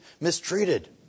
mistreated